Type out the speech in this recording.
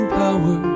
power